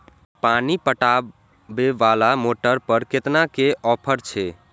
पानी पटवेवाला मोटर पर केतना के ऑफर छे?